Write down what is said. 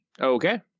Okay